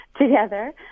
together